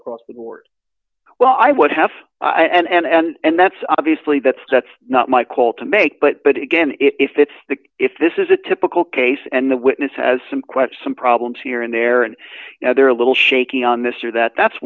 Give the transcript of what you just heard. across the board well i would have and that's obviously that's that's not my call to make but but again if it's the if this is a typical case and the witness has some quests some problems here and there and now they're a little shaky on this or that that's